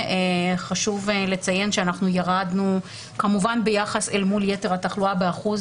חשוב לציין שאנחנו ירדנו כמובן ביחס אל מול יתר התחלואה באחוז